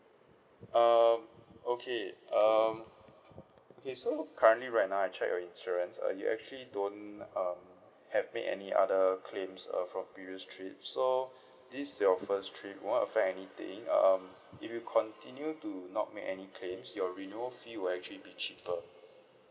um okay um okay so currently right now I check your insurance uh you actually don't um have made any other claims uh from previous trip so this is your first trip won't affect anything um if you continue to not make any claims your renewal fee will actually be cheaper